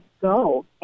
go